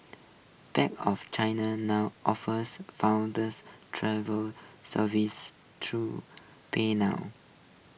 bank of China now offers funders travel services through pay now